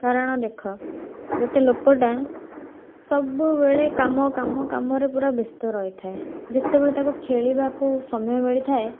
କାରଣ ଦେଖ ଗୋଟେ ଲୋକଟା ସବୁବେଳେ କାମ କାମ କାମରେ ପୁରା ବ୍ୟସ୍ତ ରହିଥାଏ ଯେତେବେଳେ ତାକୁ ଖେଳିବାକୁ ସମୟ ମିଳିଥାଏ